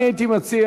אני הייתי מציע